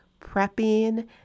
prepping